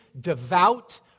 devout